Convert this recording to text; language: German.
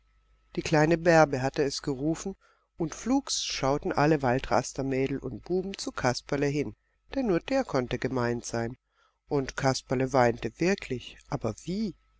die kleine bärbe hatte es gerufen und flugs schauten alle waldraster mädel und buben zu kasperle hin denn nur der konnte gemeint sein und kasperle weinte wirklich aber wie